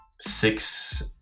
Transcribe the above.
six